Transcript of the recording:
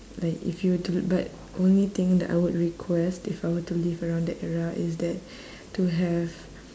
like if you were to look back only thing that I would request if I were to live around that era is that to have